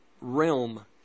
realm